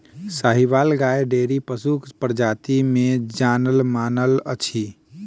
साहिबाल गाय डेयरी पशुक प्रजाति मे जानल मानल अछि